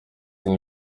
nka